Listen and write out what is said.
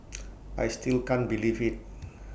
I still can't believe IT